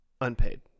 unpaid